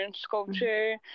sculpture